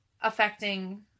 affecting